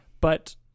But-